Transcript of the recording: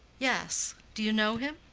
yes. do you know him?